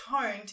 toned